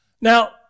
Now